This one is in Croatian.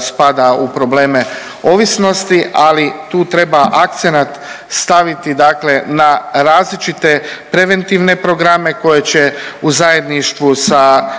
spada u probleme ovisnosti, ali tu treba akcenat staviti dakle na različite preventivne programe koje će u zajedništvu sa